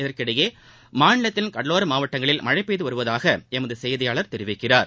இதற்கிடையே மாநிலத்தின் கடலோர மாவட்டங்களில் மழை பெய்து வருவதாக எமது செய்தியாளர் தெரிவிக்கிறார்